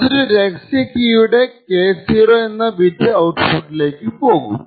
അതായതു രഹസ്യ കീയുടെ K0 എന്ന ബിറ്റ് ഔട്പുട്ടിലേക്കു പോകും